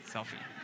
Selfie